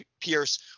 pierce